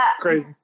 crazy